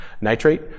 nitrate